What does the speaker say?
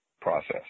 process